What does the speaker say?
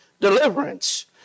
deliverance